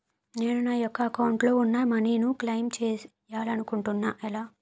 నేను నా యెక్క అకౌంట్ లో ఉన్న మనీ ను క్లైమ్ చేయాలనుకుంటున్నా ఎలా?